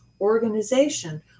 organization